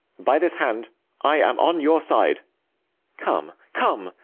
by this hand i am on your side come, come,